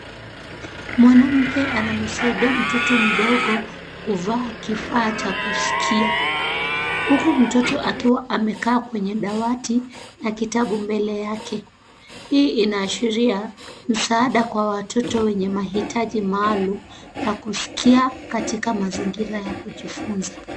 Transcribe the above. Mwanamke anamsaidia mtoto mdogo kuvaa kifaa cha kusikia, huku mtoto akiwa amekaa kwenye dawati na kitabu mbele yake. Hii inaashiria msaada kwa watoto wenye mahitaji maalumu, ya kusikia katika mazingira ya kujifunza.